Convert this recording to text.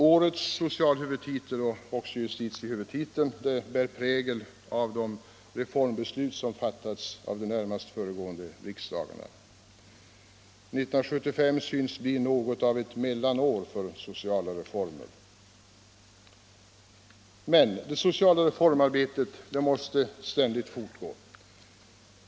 Årets socialhuvudtitel och även justitiehuvudtiteln bär prägel av de reformbeslut som fattats av de närmast föregående riksdagarna. 1975 synes bli något av ett mellanår när det gäller sociala reformer. Det sociala reformarbetet måste emellertid ständigt fortgå.